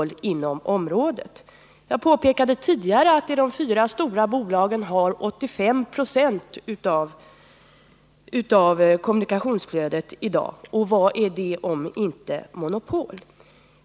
En ny internationell ordning på informationens och masskommunikationens område Jag har tidigare påpekat att de fyra stora bolagen i dag har inflytande på 85 Jo av kommunikationsflödet. Vad är det om inte monopol?